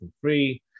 free